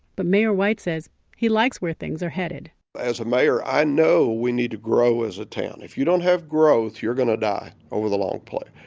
but mayor white says he likes where things are headed as a mayor i know we need to grow as a town. if you don't have growth you're going to die over the long play.